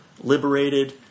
liberated